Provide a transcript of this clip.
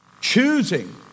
choosing